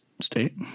state